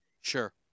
sure